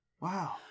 wow